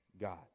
God